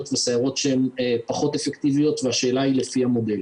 וסיירות שהן פחות אפקטיביות והשאלה היא לפי המודל.